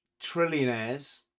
trillionaires